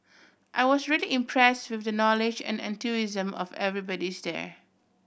I was really impress with the knowledge and enthusiasm of everybody's there